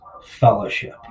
fellowship